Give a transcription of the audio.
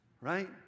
Right